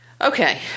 Okay